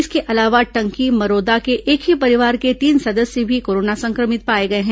इसके अलावा टंकी मरोदा के एक ही परिवार के तीन सदस्य भी कोरोना संक्रमित पाए गए हैं